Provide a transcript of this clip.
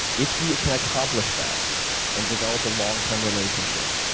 if you can accomplish that and develop a long-term relationship,